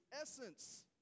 essence